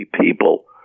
people